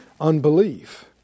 unbelief